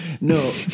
no